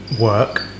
work